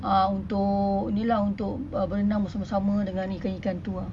ah untuk ni lah untuk berenang bersama-sama dengan ikan-ikan tu ah